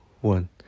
one